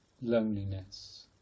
loneliness